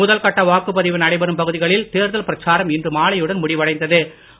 முதல் கட்ட வாக்குப்பதிவு நடைபெறும் பகுதிகளில் தேர்தல் பிரச்சாரம் இன்று மாலையுடன் முடிவடைந்த்து